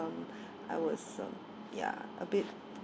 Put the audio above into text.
um I was um ya a bit